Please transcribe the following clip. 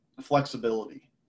flexibility